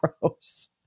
gross